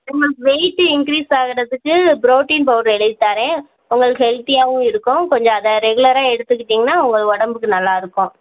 உங்களுக்கு weight increase ஆகிறதுக்கு protein powder எழுதி தரேன் உங்களுக்கு ஹெல்த்தியாகவும் இருக்கும் கொஞ்சம் அதை ரெகுலராக எடுத்துக்கிட்டிங்கன்னா உங்கள் உடம்புக்கு நல்லா இருக்கும்